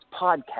podcast